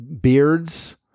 beards